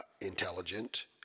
intelligent